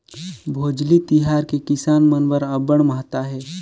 भोजली तिहार के किसान मन बर अब्बड़ महत्ता हे